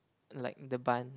like the bun